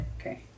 Okay